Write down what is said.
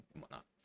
whatnot